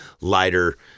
lighter